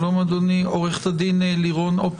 דיון רעיוני-תאורתי,